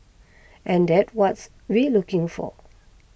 and that's what we looking for